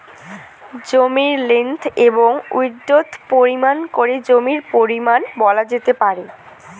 জমির লেন্থ এবং উইড্থ পরিমাপ করে জমির পরিমান বলা যেতে পারে